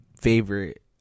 favorite